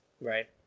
Right